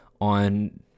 on